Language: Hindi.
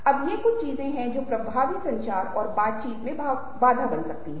तो यह खुशी का बहुत जल्दी विश्लेषण है